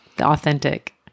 authentic